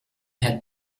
had